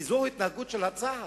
כי זאת ההתנהגות של צה"ל.